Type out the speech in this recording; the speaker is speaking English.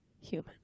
human